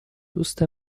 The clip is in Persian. دوست